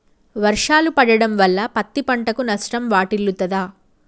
వర్షాలు పడటం వల్ల పత్తి పంటకు నష్టం వాటిల్లుతదా?